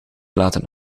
laten